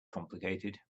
complicated